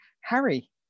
Harry